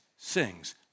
Sings